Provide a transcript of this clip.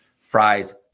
fries